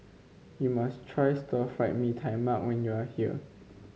you must try Stir Fried Mee Tai Mak when you are here